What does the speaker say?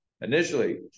initially